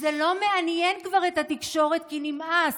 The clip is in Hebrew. זה לא מעניין כבר את התקשורת, כי נמאס,